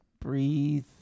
Breathe